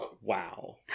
wow